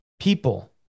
people